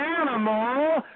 animal